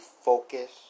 focus